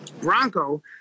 Bronco